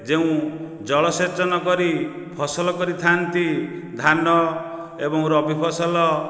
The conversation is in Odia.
ଯେଉଁ ଜଳସେଚନ କରି ଫସଲ କରିଥାନ୍ତି ଧାନ ଏବଂ ରବି ଫସଲ